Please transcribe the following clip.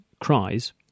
cries